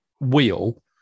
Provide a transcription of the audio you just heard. wheel